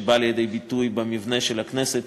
שבא לידי ביטוי במבנה של הכנסת,